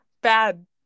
bad